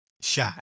shot